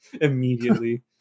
immediately